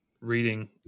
reading